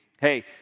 hey